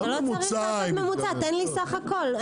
אתה לא צריך לעשות ממוצע, תן לי סך הכול.